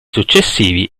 successivi